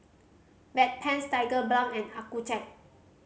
Bedpans Tigerbalm and Accucheck